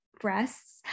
breasts